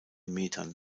metern